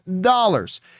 dollars